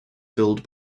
filled